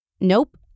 Nope